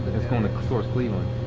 it's going towards cleveland.